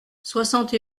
soixante